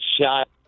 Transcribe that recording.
shot